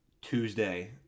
Tuesday